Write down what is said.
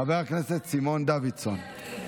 חבר הכנסת סימון דוידסון.